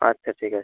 আচ্ছা ঠিক আছে